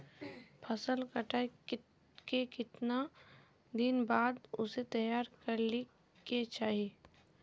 फसल कटाई के कीतना दिन बाद उसे तैयार कर ली के चाहिए?